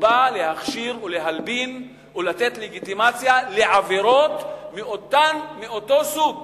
בא להכשיר ולהלבין ולתת לגיטימציה לעבירות מאותו סוג